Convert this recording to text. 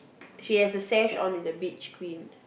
she has a sash on the beach queen